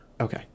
Okay